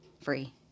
free